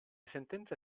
sentenza